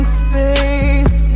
space